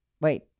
Wait